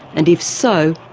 and if so,